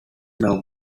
now